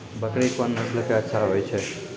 बकरी कोन नस्ल के अच्छा होय छै?